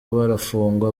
barafungwa